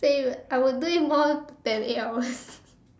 same I would do it more than eight hours